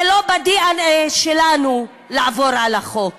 זה לא בדנ"א שלנו לעבור על החוק,